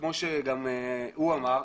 כמו שנאמר,